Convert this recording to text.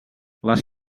les